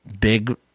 Big